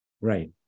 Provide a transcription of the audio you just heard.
Right